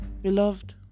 Beloved